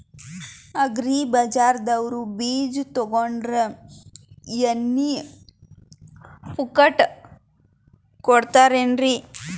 Agri ಬಜಾರದವ್ರು ಬೀಜ ತೊಗೊಂಡ್ರ ಎಣ್ಣಿ ಪುಕ್ಕಟ ಕೋಡತಾರೆನ್ರಿ?